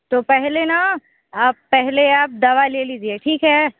तो पहले ना आप पहले आप दवा ले लिजिए ठीक है